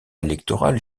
électorale